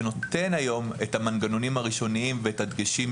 שנותן היום את המנגנונים הראשוניים ואת הדגשים,